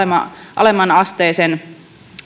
alemmanasteisen